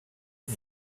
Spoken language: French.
une